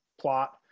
plot